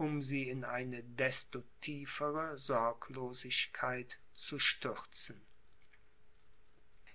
um sie in eine desto tiefere sorglosigkeit zu stürzen